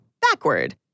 backward